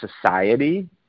society